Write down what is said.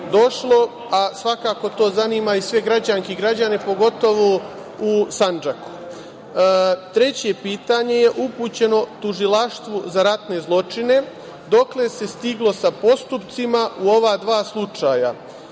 a svakako to zanima sve građanke i građane, pogotovo u Sandžaku. Treće pitanje je upućeno Tužilaštvu za ratne zločine – dokle se stiglo sa postupcima u ova dva slučaja?